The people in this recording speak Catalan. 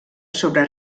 sobre